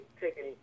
taking